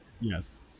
Yes